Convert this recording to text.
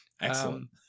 Excellent